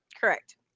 Correct